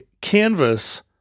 canvas